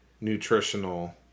nutritional